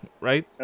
right